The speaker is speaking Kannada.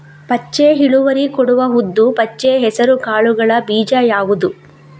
ಹೆಚ್ಚು ಇಳುವರಿ ಕೊಡುವ ಉದ್ದು, ಪಚ್ಚೆ ಹೆಸರು ಕಾಳುಗಳ ಬೀಜ ಯಾವುದು?